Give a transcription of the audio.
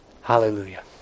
hallelujah